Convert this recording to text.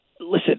Listen